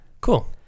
cool